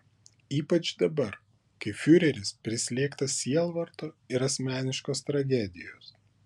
ypač dabar kai fiureris prislėgtas sielvarto ir asmeniškos tragedijos